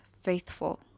faithful